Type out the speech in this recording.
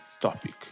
topic